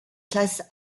classe